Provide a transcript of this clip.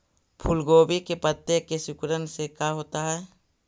फूल गोभी के पत्ते के सिकुड़ने से का होता है?